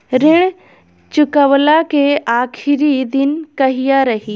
ऋण चुकव्ला के आखिरी दिन कहिया रही?